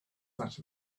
that